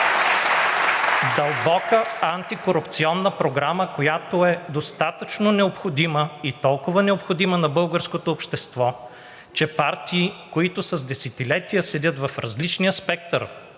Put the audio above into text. Дълбока антикорупционна програма, която е достатъчно необходима, и толкова необходима на българското общество, че партии, които с десетилетия седят в различния спектър